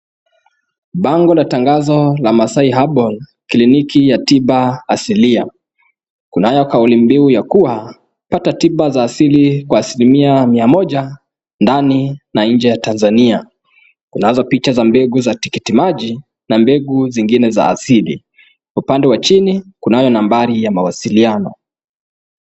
Bango la tangazo la Masai herbal kliniki ya tiba asilia. Kunayo kauli mbiu ya kuwa pata tiba ya asili kwa asilimia mia moja ndani na nje ya Tanzania. Kunazo picha za mbegu ya tikiti maji na mbegu zingine za asili. Upande wa chini kunayo nambari ya mawasiliano.